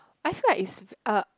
I feel like it's a